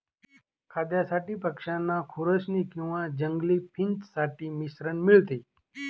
खाद्यासाठी पक्षांना खुरसनी किंवा जंगली फिंच साठी मिश्रण मिळते